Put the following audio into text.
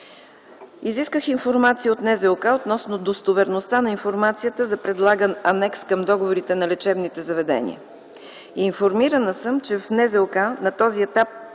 Изисках информация от НЗОК относно достоверността на информацията за предлаган анекс към договорите на лечебните заведения. Информирана съм, че в НЗОК на този етап